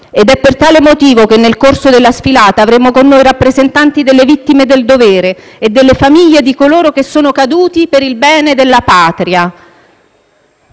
Per tale motivo, nel corso della sfilata avremo con noi rappresentanti delle vittime del dovere e delle famiglie di coloro che sono caduti per il bene della Patria.